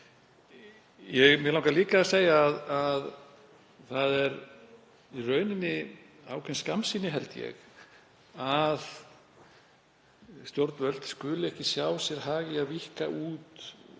Mig langar líka að segja að það er í rauninni ákveðin skammsýni, held ég, að stjórnvöld skuli ekki sjá sér hag í að víkka út